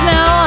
Now